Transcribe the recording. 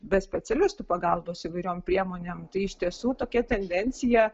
be specialistų pagalbos įvairiom priemonėm tai iš tiesų tokia tendencija